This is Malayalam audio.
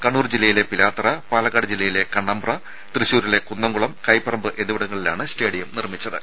കണ്ണൂർ ജില്ലയിലെ പിലാത്തറ പാലക്കാട് ജില്ലയിലെ കണ്ണമ്പ്ര തൃശൂരിലെ കുന്നംകുളം കൈപ്പറമ്പ് എന്നിവിടങ്ങളിലാണ് സ്റ്റേഡിയം നിർമ്മിച്ചത്